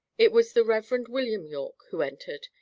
it was the reverend william yorke who entered.